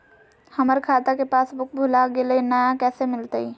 हमर खाता के पासबुक भुला गेलई, नया कैसे मिलतई?